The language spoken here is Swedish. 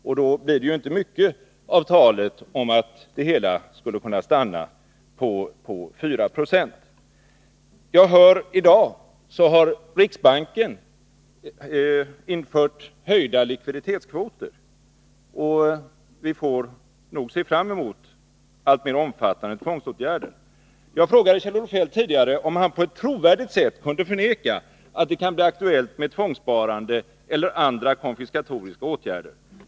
I så fall blir det inte mycket kvar av talet om att det hela skulle kunna stanna på 490. Jag har hört att riksbanken i dag har infört höjda likviditetskvoter, och vi får nog se fram emot alltmer omfattande tvångsåtgärder. Jag frågade tidigare Kjell-Olof Feldt, om han på ett trovärdigt sätt kunde förneka att det blir aktuellt med tvångssparande och andra konfiskatoriska åtgärder.